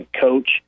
coach